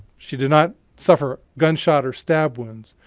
she did not suffer gunshot or stab wounds,